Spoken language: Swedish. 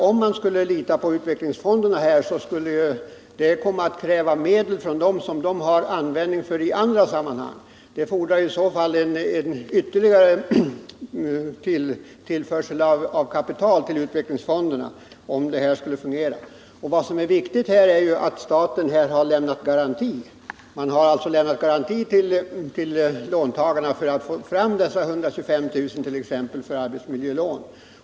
Om man skulle lita till utvecklingsfonderna skulle det komma att krävas medel från dem som fonderna har användning för i andra sammanhang. För att det hela skulle fungera skulle det alltså fordras ytterligare tillförsel av kapital till utvecklingsfonderna. Vad som är värdefullt för företagen är att staten lämnar garantier till låntagarna för att få fram t.ex. dessa 125 000 till arbetsmiljölån.